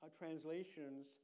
translations